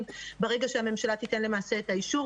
ברגע שהממשלה תיתן למעשה את האישור,